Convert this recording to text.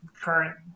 current